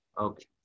Okay